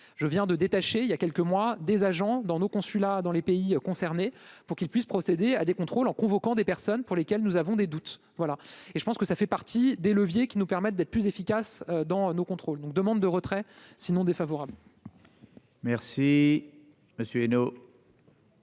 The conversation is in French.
je viens de détacher il y a quelques mois, des agents dans nos consulats dans les pays concernés pour qu'ils puissent procéder à des contrôles en convoquant des personnes pour lesquelles nous avons des doutes voilà et je pense que ça fait partie des leviers qui nous permettent d'être plus efficace dans nos contrôles, nous demande de retrait sinon défavorable. Merci Monsieur Viénot,